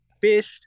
fished